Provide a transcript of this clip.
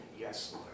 Yes